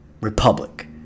republic